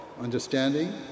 understanding